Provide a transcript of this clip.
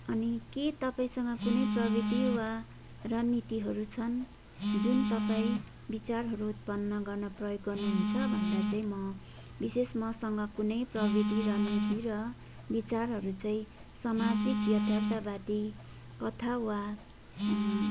अनि के तपाईँसँग कुनै प्रविधि वा रणनीतिहरू छन् जुन तपाईँ विचारहरू उत्पन्न गर्न प्रयोग गर्नुहुन्छ भन्दा चाहिँ म विशेष मसँग कुनै प्रविधि र रणनीति र विचारहरू चाहिँ समाजिक यथार्थवादी कथा वा